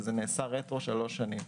וזה נעשה רטרואקטיבית לשלוש שנים.